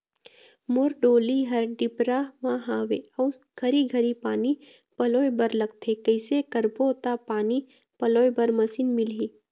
मोर डोली हर डिपरा म हावे अऊ घरी घरी पानी पलोए बर लगथे कैसे करबो त पानी पलोए बर मशीन मिलही?